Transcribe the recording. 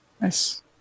nice